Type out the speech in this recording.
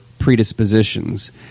predispositions